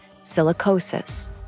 silicosis